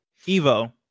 Evo